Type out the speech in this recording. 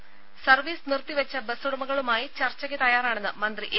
ത സർവ്വീസ് നിർത്തിവെച്ച ബസ്സുടമകളുമായി ചർച്ചയ്ക്ക് തയ്യാറാണെന്ന് മന്ത്രി എ